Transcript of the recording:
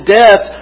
death